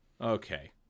Okay